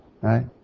right